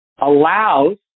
allows